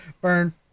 Burn